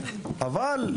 אבל,